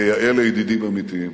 כיאה לידידים אמיתיים.